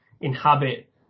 inhabit